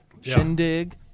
shindig